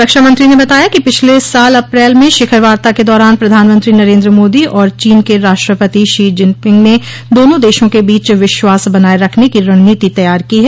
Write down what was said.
रक्षामंत्री ने बताया कि पिछले साल अप्रैल में शिखर वार्ता के दौरान प्रधानमंत्री नरेन्द्र मोदी और चीन के राष्ट्रपति षी जिनपिंग न दोनों देशों के बीच विश्वास बनाये रखने की रणनीति तैयार की है